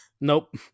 Nope